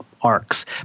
arcs